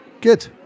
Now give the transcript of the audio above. Good